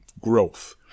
growth